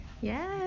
Yes